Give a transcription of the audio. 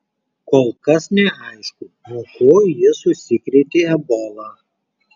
kol kas neaišku nuo ko jis užsikrėtė ebola